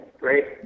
Great